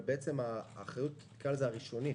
אבל האחריות הראשונית,